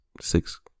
six